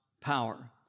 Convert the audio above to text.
power